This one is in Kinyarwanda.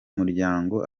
muryango